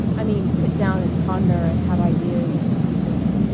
i mean sit down and ponder and have ideas in sequence.